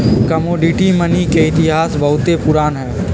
commodity money के इतिहास बहुते पुरान हइ